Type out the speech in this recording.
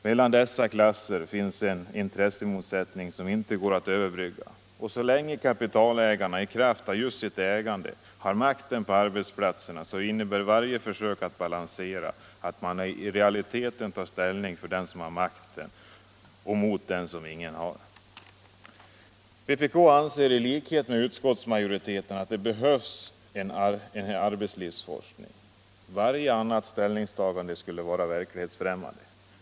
Mellan dessa klasser finns en intressemotsättning som inte går att överbrygga, och så länge kapitalägarna i kraft just av sitt ägande har makten på arbetsplatserna innebär varje försök att balansera att man i realiteten tar ställning för den som har makten och mot dem som ingen har. Vpk anser i likhet med utskottsmajoriteten att det behövs en arbetslivsforskning. Varje annat ställningstagande skulle vara verklighetsfrämmande.